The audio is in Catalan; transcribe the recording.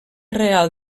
real